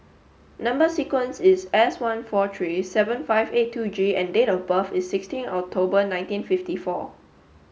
number sequence is S one four three seven five eight two G and date of birth is sixteen October nineteen fifty four